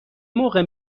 موقع